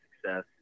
success